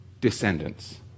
descendants